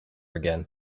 again